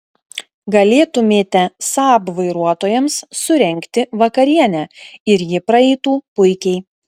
galėtumėte saab vairuotojams surengti vakarienę ir ji praeitų puikiai